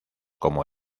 como